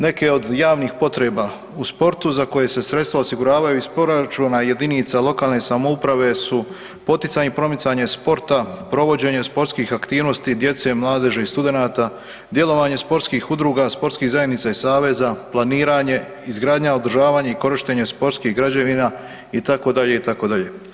Neke od javnih potreba u sportu za koje se sredstva osiguravaju iz proračuna JLS-ova su poticanje i promicanje sporta, provođenje sportskih aktivnosti, djece, mladeži i studenata, djelovanje sportskih udruga, sportskih zajednica i saveza, planiranje, izgradnja, održavanje i korištenje sportskih građevina itd., itd.